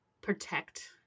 protect